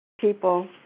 people